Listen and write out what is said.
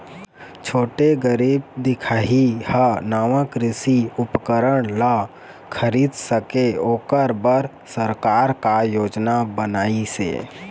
छोटे गरीब दिखाही हा नावा कृषि उपकरण ला खरीद सके ओकर बर सरकार का योजना बनाइसे?